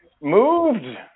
moved